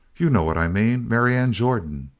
you know what i mean. marianne jordan.